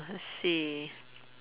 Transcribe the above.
uh let's see